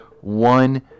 one